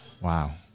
Wow